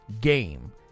game